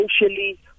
socially